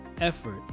effort